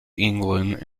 england